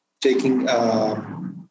taking